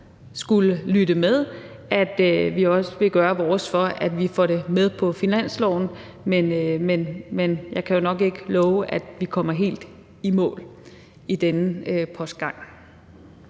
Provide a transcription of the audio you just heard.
skulle lytte med, at vi også vil gøre vores for, at vi får det med på finansloven. Men jeg kan jo nok ikke love, at vi kommer helt i mål i denne postgang.